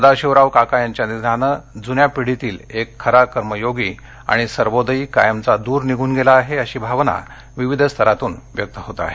सदाशिवराव काका यांच्या निधनाने जून्या पिढीतील एक खरा कर्मयोगी आणि सर्वोदयी कायमचा दूर निघून गेला आहे अशी भावना विविध स्तरातून व्यक्त होत आहे